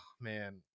man